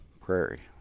prairie